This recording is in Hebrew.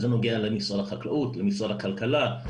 זה נוגע למשרד החקלאות, למשרד הכלכלה,